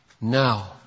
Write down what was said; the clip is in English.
Now